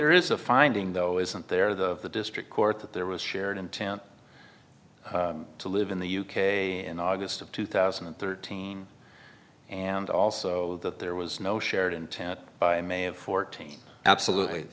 there is a finding though isn't there the the district court that there was shared intent to live in the u k in august of two thousand and thirteen and also that there was no shared intent by may of fourteen absolutely